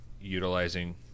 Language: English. utilizing